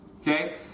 Okay